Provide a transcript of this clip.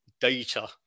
data